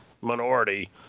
minority